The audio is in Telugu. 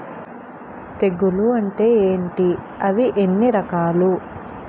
తెగులు అంటే ఏంటి అవి ఎన్ని రకాలు?